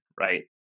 right